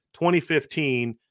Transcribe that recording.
2015